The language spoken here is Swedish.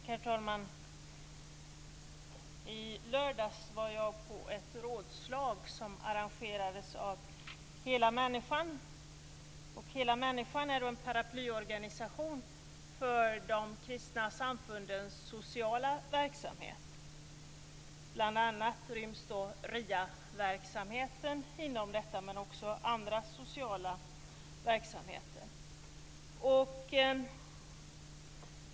Herr talman! I lördags var jag på ett rådslag som arrangerades av Hela människan. Hela människan är en paraplyorganisation för de kristna samfundens sociala verksamhet. Bl.a. ryms RIA-verksamheten inom denna, men också andra sociala verksamheter.